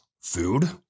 food